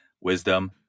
wisdom